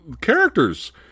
characters